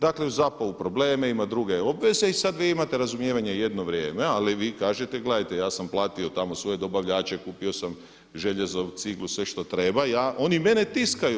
Dakle, zapao u probleme, ima druge obveze i sad vi imate razumijevanje jedno vrijeme, ali vi kažete gledajte ja sam platio tamo svoje dobavljače, kupio sam željezo, ciglu, sve što treba i oni mene tiskaju.